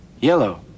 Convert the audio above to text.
yellow